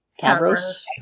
Tavros